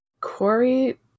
Corey